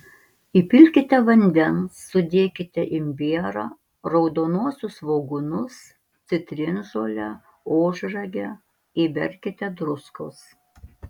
įpilkite vandens sudėkite imbierą raudonuosius svogūnus citrinžolę ožragę įberkite druskos